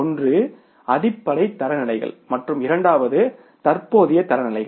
ஒன்று அடிப்படை தரநிலைகள் மற்றும் இரண்டாவது தற்போதைய தரநிலைகள்